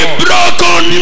broken